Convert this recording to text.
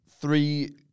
three